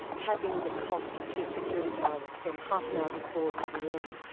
having the cost of two security guards from half an hour before to the end,